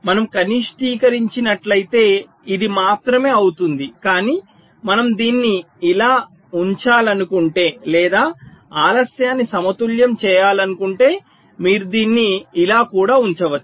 మనము కనిష్టీకరించినట్లయితే ఇది మాత్రమే అవుతుంది కానీ మనము దీన్ని ఇలా ఉంచాలనుకుంటే లేదా ఆలస్యాన్ని సమతుల్యం చేయాలనుకుంటే మీరు దీన్ని ఇలా కూడా ఉంచవచ్చు